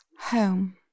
home